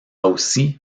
aussi